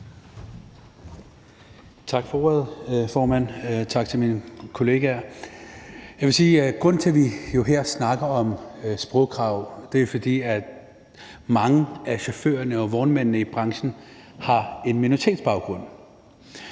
Tak for ordet, formand, og tak til mine kollegaer. Jeg vil sige, at grunden til, at vi her snakker om sprogkrav, jo er, at mange af chaufførerne og vognmændene i branchen har en minoritetsbaggrund.